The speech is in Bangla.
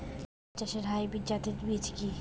ধান চাষের হাইব্রিড জাতের বীজ কি?